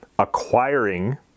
acquiring